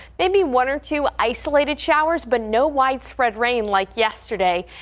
maybe one or two isolated showers but no widespread rain like yesterday.